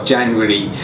January